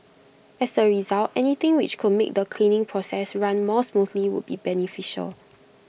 as A result anything which could make the cleaning process run more smoothly would be beneficial